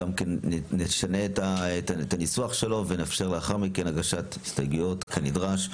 נשנה את הניסוח שלו ונאפשר לאחר מכן הגשת הסתייגויות כנדרש.